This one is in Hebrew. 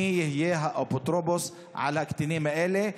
ומי יהיה האפוטרופוס של הקטינים האלה.